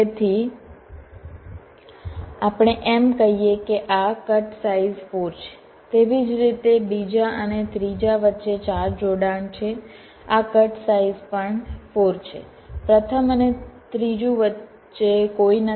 તેથી આપણે કહીએ છીએ કે આ કટ સાઈઝ 4 છે તેવી જ રીતે બીજા અને ત્રીજા વચ્ચે 4 જોડાણ છે આ કટ સાઈઝ પણ 4 છે પ્રથમ અને ત્રીજું વચ્ચે કોઈ નથી